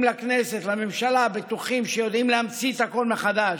מגיעים לכנסת ולממשלה ובטוחים שיודעים להמציא את הכול מחדש,